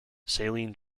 saline